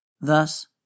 Thus